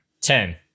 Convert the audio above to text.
ten